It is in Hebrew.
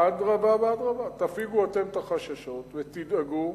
אדרבה ואדרבה, תפיגו אתם את החששות ותדאגו,